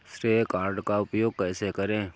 श्रेय कार्ड का उपयोग कैसे करें?